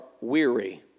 weary